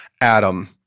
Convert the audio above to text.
Adam